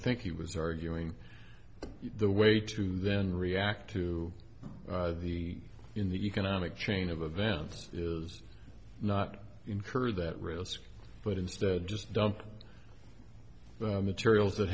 think he was arguing the way to then react to the in the economic chain of events is not incurred that risk but instead just dumped materials that